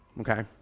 Okay